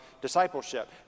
discipleship